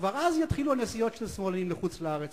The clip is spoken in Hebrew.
כבר אז יתחילו הנסיעות של השמאלנים לחוץ-ארץ.